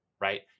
right